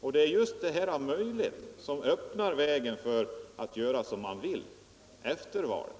Och det är just ordet möjligt som öppnar vägen för att göra som man vill — efter valet.